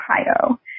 Ohio